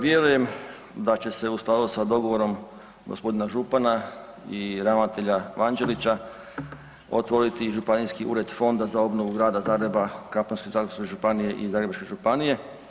Vjerujem da će se u skladu sa dogovorom gospodina župana i ravnatelja Vanđelića otvoriti i županijski ured fonda za obnovu Grada Zagreba, Krapinsko-zagorske županije i Zagrebačke županije.